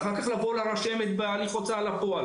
לבוא אחר כך כדי להירשם בהליך הוצאה לפועל